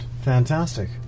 Fantastic